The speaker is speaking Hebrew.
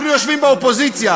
אנחנו יושבים באופוזיציה.